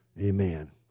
amen